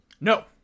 no